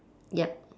yup